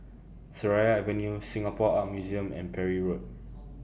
Seraya Avenue Singapore Art Museum and Parry Road